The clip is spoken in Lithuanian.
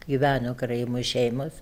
gyveno karaimų šeimos